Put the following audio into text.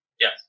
Yes